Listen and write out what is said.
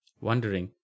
wondering